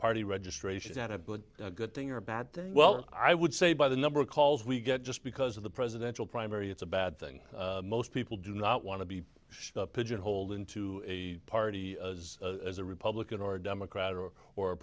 party registration and a good thing or bad thing well i would say by the number of calls we get just because of the presidential primary it's a bad thing most people do not want to be pigeonholed into a party as a republican or democrat or or a